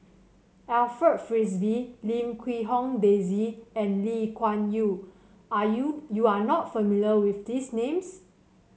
Alfred Frisby Lim Quee Hong Daisy and Lee Kuan Yew are you you are not familiar with these names